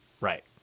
right